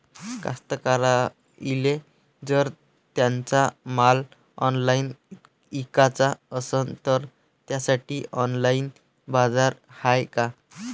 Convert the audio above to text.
कास्तकाराइले जर त्यांचा माल ऑनलाइन इकाचा असन तर त्यासाठी ऑनलाइन बाजार हाय का?